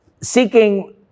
seeking